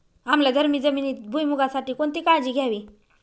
आम्लधर्मी जमिनीत भुईमूगासाठी कोणती काळजी घ्यावी?